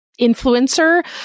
influencer